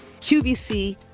QVC